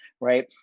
right